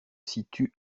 situe